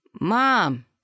Mom